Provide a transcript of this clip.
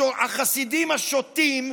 החסידים השוטים,